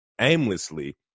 aimlessly